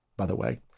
by the way,